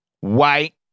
white